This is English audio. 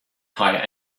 hire